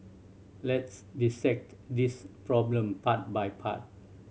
let's dissect this problem part by part